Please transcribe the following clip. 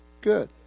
good